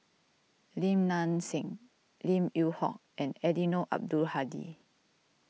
Lim Nang Seng Lim Yew Hock and Eddino Abdul Hadi